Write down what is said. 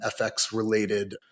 FX-related